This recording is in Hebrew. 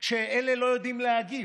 כשאלה לא יודעים להגיב,